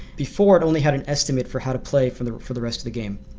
before it only had an estimate for how to play for the for the rest of the game.